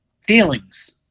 feelings